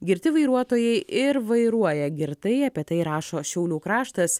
girti vairuotojai ir vairuoja girtai apie tai rašo šiaulių kraštas